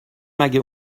مگه